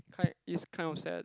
kind is kind of sad